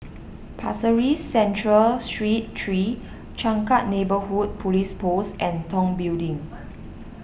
Pasir Ris Central Street three Changkat Neighbourhood Police Post and Tong Building